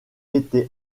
été